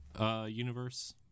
universe